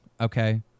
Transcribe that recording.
okay